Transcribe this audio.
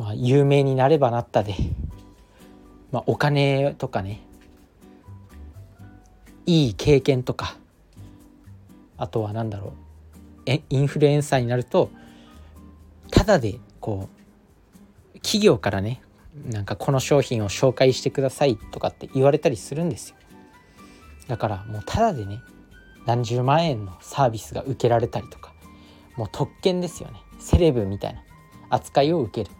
まあ、有名になればなったで。まあ、お金とかね。いい経験とか。あとは何だろう。え、インフルエンサーになると、ただでこう、企業からね、なんか、「この商品を紹介してください」とかって言われたりするんですよ。だからもうただでね、何十万円のサービスが受けられたりとか。もう特権ですよね。セレブみたいな扱いを受ける。